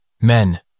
Men